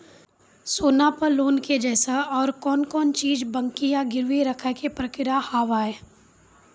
सोना पे लोन के जैसे और कौन कौन चीज बंकी या गिरवी रखे के प्रक्रिया हाव हाय?